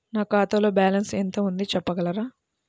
నా ఖాతాలో బ్యాలన్స్ ఎంత ఉంది చెప్పగలరా?